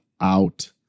out